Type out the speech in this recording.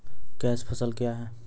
Cash फसल क्या हैं?